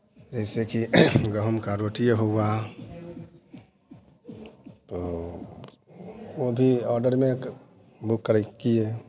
जैसे कि गहम का रोटीए हुआ तो वो भी ऑर्डर में बुक करे किए